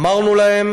אמרנו להם